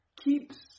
keeps